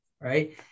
right